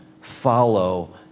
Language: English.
follow